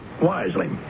wisely